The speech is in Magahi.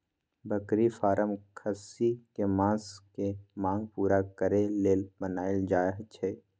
बकरी फारम खस्सी कें मास के मांग पुरा करे लेल बनाएल जाय छै